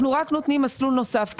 אנחנו רק נותנים מסלול נוסף.